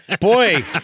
Boy